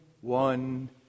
one